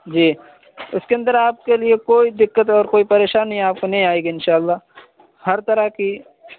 جی اس کے اندر آپ کے لیے کوئی دقت اور کوئی پریشانی آپ کو نہیں آئے گی ان شاء اللہ ہر طرح کی